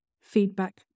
feedback